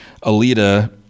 Alita